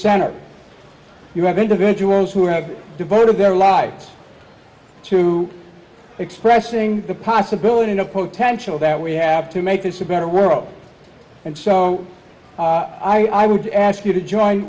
center you have individuals who have devoted their lives to expressing the possibility in a potential that we have to make this a better world and so i would ask you to join